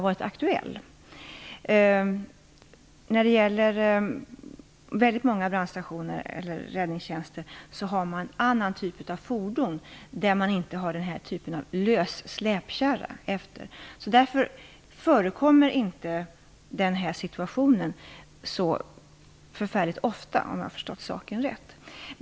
Väldigt många räddningstjänster har en annan typ av fordon som inte har den här typen av lös släpkärra. Därför förekommer inte denna situation så förfärligt ofta, om jag har förstått saken rätt.